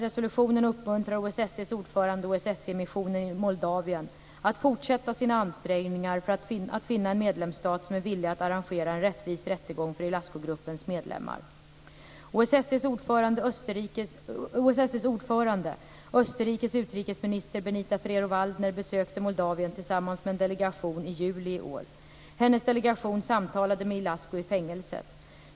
Resolutionen uppmuntrar OSSE:s ordförande och OSSE-missionen i Moldavien att fortsätta sina ansträngningar att finna en medlemsstat som är villig att arrangera en rättvis rättegång för Ilascu-gruppens medlemmar. OSSE:s ordförande Österrikes utrikesminister Benita Ferrero-Waldner besökte Moldavien tillsammans med en delegation i juli i år. Hennes delegation samtalade med Ilascu i fängelset.